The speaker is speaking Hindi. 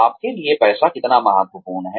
आपके लिए पैसा कितना महत्वपूर्ण है